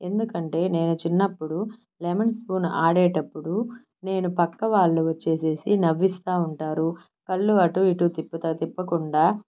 ఎందుకంటే నేను చిన్నప్పుడు లెమన్ స్పూన్ ఆడేటప్పుడు నేను పక్క వాళ్ళు వచ్చేసి నవ్విస్తా ఉంటారు కళ్ళు అటు ఇటు తిప్పుతా తిప్పకుండా